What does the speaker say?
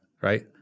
right